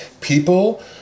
people